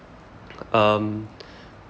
um